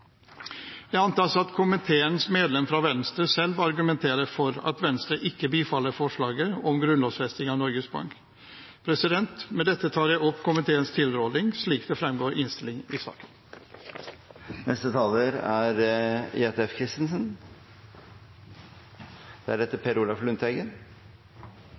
Det antas at komiteens medlem fra Venstre selv vil argumentere for at Venstre ikke bifaller forslaget om grunnlovfesting av Norges Bank. Med dette anbefaler jeg komiteens tilråding slik den fremgår av innstillingen i saken. Jeg tar ordet for det